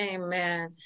amen